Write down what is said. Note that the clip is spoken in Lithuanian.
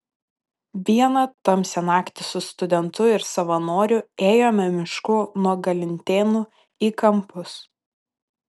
vieną tamsią naktį su studentu ir savanoriu ėjome mišku nuo galintėnų į kampus